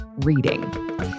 reading